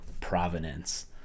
provenance